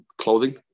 clothing